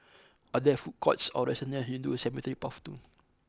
are there food courts or restaurants near Hindu Cemetery Path two